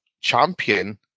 champion